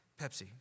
Pepsi